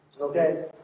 Okay